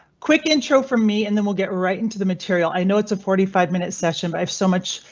quick intro from me. and then we'll get right into the material. i know it's a forty five minute session, but i have so much.